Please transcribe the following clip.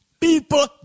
People